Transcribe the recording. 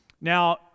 Now